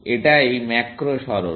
এটাই ম্যাক্রো সরণ